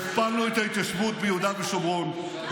הכפלנו את ההתיישבות ביהודה ושומרון,